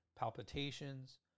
Palpitations